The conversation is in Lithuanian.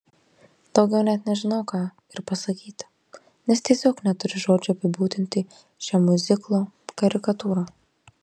daugiau net nežinau ką ir pasakyti nes tiesiog neturiu žodžių apibūdinti šią miuziklo karikatūrą